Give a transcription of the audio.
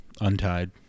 untied